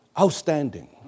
outstanding